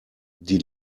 die